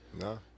No